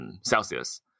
Celsius